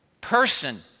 person